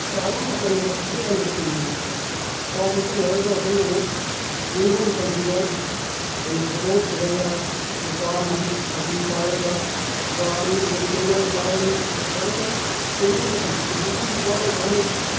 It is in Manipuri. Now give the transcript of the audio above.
ꯃꯌꯥꯝ ꯑꯃ ꯆꯪꯉꯒ ꯄꯩꯁꯥ ꯌꯥꯝꯅ ꯇꯤꯡꯉꯝꯃꯤ ꯈꯥꯎꯕꯁꯤ ꯂꯣꯏꯔꯒ ꯑꯩꯈꯣꯏꯅ ꯑꯃꯨꯛ ꯌꯩꯕ ꯃꯇꯝꯁꯤꯗ ꯑꯩꯈꯣꯏꯅ ꯐꯛꯂꯣꯡ ꯄꯨꯔꯒ ꯅꯨꯄꯥꯅ ꯐꯧꯕꯤ ꯄꯥꯏꯔꯒ ꯅꯨꯄꯥ ꯑꯅꯤꯅ ꯑꯃꯨꯛ ꯆꯩꯔꯣꯡ ꯄꯥꯏꯔꯅꯤ ꯇꯧꯔꯒ ꯌꯩꯕ ꯃꯇꯝꯁꯤꯗꯁꯨ ꯌꯥꯝꯅ ꯋꯥꯅ ꯋꯥꯅ